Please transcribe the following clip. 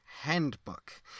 Handbook